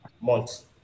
months